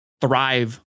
thrive